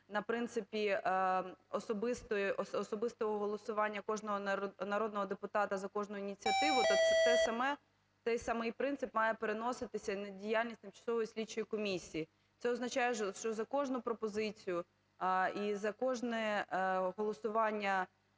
на принципі особистого голосування кожного народного депутата за кожну ініціативу, то те саме, той самий принцип має переноситися і на діяльність тимчасової слідчої комісії. Це означає, що за кожну пропозицію і за кожне голосування